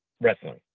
wrestling